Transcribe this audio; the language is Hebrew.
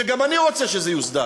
וגם אני רוצה שזה יוסדר,